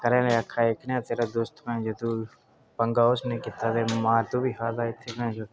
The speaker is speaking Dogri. पढ़ना हून तू कोई पंगा शरारत कुसै कन्नै नेईं करनी